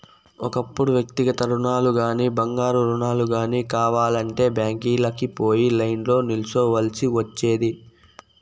ఒకప్పుడు వ్యక్తిగత రుణాలుగానీ, బంగారు రుణాలు గానీ కావాలంటే బ్యాంకీలకి పోయి లైన్లో నిల్చోవల్సి ఒచ్చేది